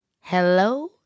Hello